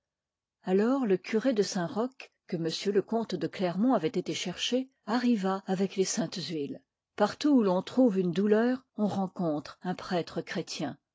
alors le curé de saint-roch que m le comte de clermont avoit été chercher arriva avec les saintes huiles partout où ton trouve une douleur on rencontre un prêtre chi'étien